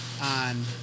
on